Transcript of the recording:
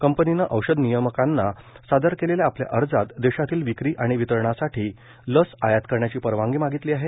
कंपनीनं औषध नियामकांना सादर केलेल्या आपल्या अर्जात देशातील विक्री आणि वितरणासाठी लस आयात करण्याची परवानगी मागितली आहे